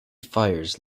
fires